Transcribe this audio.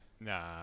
Nah